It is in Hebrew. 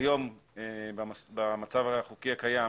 כיום במצב החוקי הקיים,